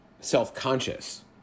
self-conscious